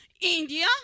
India